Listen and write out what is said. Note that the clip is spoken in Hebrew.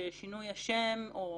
שבהן אי-שינוי השם יכול